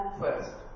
first